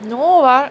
no